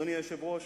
אדוני היושב-ראש,